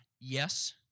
Yes